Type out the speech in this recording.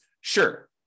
Sure